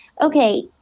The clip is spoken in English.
okay